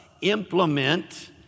implement